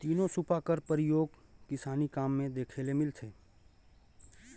तीनो सूपा कर परियोग किसानी काम मे देखे ले मिलथे